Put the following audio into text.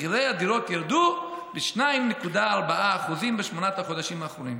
מחירי הדירות ירדו ב-2.4% בשמונת החודשים האחרונים.